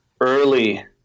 early